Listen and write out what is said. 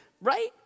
right